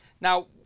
now